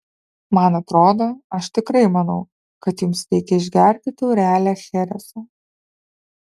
man atrodo aš tikrai manau kad jums reikia išgerti taurelę chereso